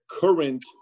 current